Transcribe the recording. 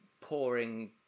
pouring